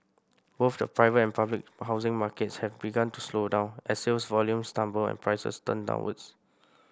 both the private and public housing markets have began to slow down as sales volumes tumble and prices turn downwards